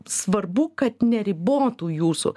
svarbu kad neribotų jūsų